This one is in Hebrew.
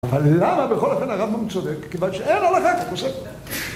אבל למה בכל אופן הרמב"ם צודק? כיוון שאין הלכה כתוספתא